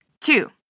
Two